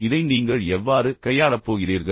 எனவே இதை நீங்கள் எவ்வாறு கையாளப் போகிறீர்கள்